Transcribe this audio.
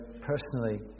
personally